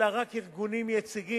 אלא רק ארגונים יציגים,